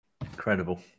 Incredible